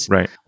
Right